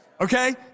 Okay